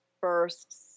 first